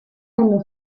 dello